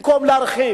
במקום להרחיב,